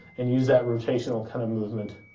and use that rotational kind of movement.